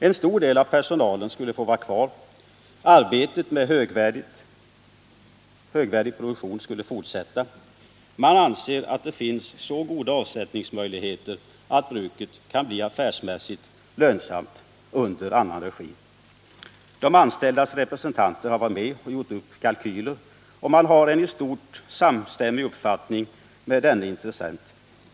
En stor del av personalen skulle därmed kunna få vara kvar. Arbetet med högvärdig produktion skulle kunna fortsätta. Man anser att det finns så goda avsättningsmöjligheter att bruket skulle kunna bli affärsmässigt lönsamt under annan regi. De anställdas representanter har varit med och gjort upp kalkyler, och man har en med intressenten i stort sett samstämmig uppfattning.